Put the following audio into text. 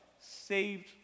saved